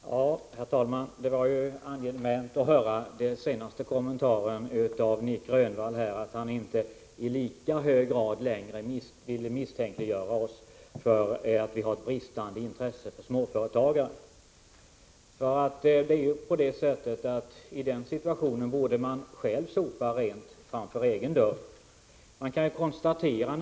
Herr talman! Det var angenämt att höra den senaste kommentaren av Nic Grönvall, att han inte längre i lika hög grad vill misstänkliggöra oss i folkpartiet för att vi skulle ha ett bristande intresse för småföretagande. I den situationen borde man från moderat håll sopa rent framför egen dörr.